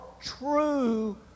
true